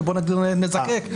ובואו נזקק.